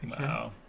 Wow